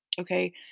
okay